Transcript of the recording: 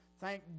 Thank